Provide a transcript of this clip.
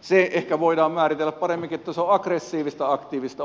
se ehkä voidaan määritellä paremminkin että se on aggressiivista aktiivista